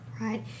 Right